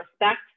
respect